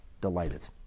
delighted